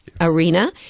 arena